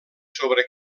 sobre